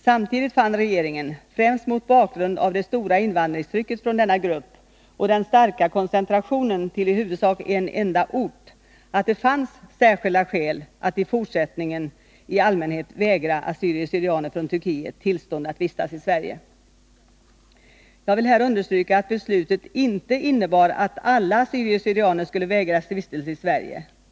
Samtidigt fann regeringen, främst mot bakgrund av det stora invandringstrycket från denna grupp och den starka koncentrationen till i huvudsak en enda ort, att det fanns särskilda skäl att i fortsättningen i allmänhet vägra assyrier syrianer skulle vägras vistelse i Sverige.